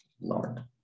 Lord